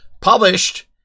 published